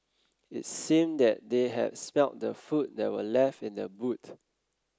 it seemed that they had smelt the food that were left in the boot